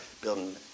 building